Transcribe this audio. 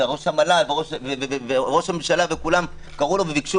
וראש המל"ל וראש הממשלה וכולם קראו לו וביקשו